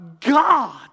God